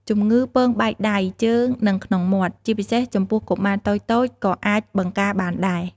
ជំងឺពងបែកដៃ ជើង និងក្នុងមាត់ ជាពិសេសចំពោះកុមារតូចៗ ក៏អាចបង្ការបានដែរ។